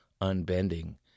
unbending